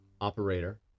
Operator